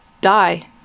die